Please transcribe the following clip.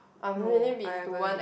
no I haven't